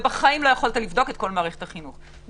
ובחיים לא יכולת לבדוק את כל מערכת החינוך.